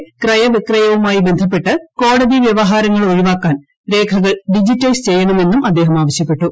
ഭൂമിയുടെ ക്രയവിക്രയവുമായി ബന്ധപ്പെട്ട് കോടതി വ്യവഹാരങ്ങൾ ഒഴിവാക്കാൻ രേഖകൾ ഡിജിറ്റൈസ് ചെയ്യണമെന്നും അദ്ദേഹം ആവശ്യപ്പെട്ടു